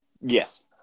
Yes